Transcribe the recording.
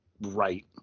right